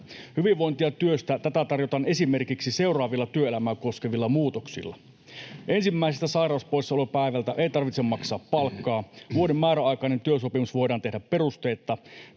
Hyvinvointia työstä — tätä tarjotaan esimerkiksi seuraavilla työelämää koskevilla muutoksilla: ensimmäiseltä sairauspoissaolopäivältä ei tarvitse maksaa palkkaa, vuoden määräaikainen työsopimus voidaan tehdä perusteetta,